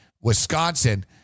Wisconsin